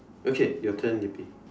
okay your turn will be